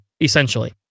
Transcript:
Essentially